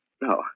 No